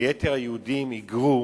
ויתר היהודים היגרו